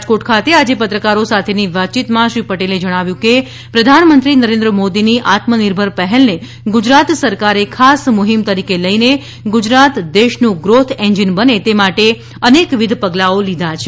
રાજકોટ ખાતે આજે પત્રકારો સાથેની વાતચીતમાં શ્રી પટેલે જણાવ્યું હતું કે પ્રધાનમંત્રી નરેન્દ્ર મોદીની આત્મનિર્ભર પહેલને ગુજરાત સરકારે ખાસ મુહિમ તરીકે લઇને ગુજરાત દેશનું ગ્રોથ એન્જીન બને તે માટે અનેકવિધ પગલાઓ લીધા છે